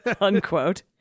unquote